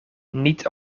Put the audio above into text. niet